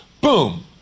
Boom